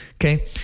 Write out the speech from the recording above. Okay